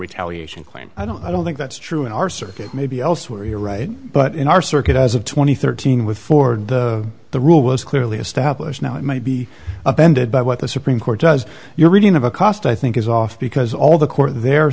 retaliation claim i don't i don't think that's true in our circuit maybe elsewhere you're right but in our circuit as of two thousand and thirteen with ford the the rule was clearly established now it might be appended by what the supreme court does your reading of a cost i think is off because all the court the